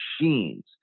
machines